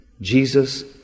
Jesus